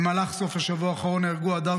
במהלך סוף השבוע האחרון נהרגו הדר